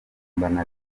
indirimbo